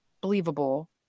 believable